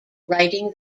writing